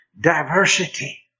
Diversity